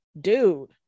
Dude